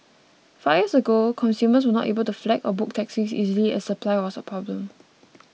five years ago consumers were not able to flag or book taxis easily as supply was a problem